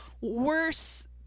worse